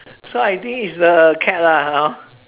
so I think it's a cat lah hor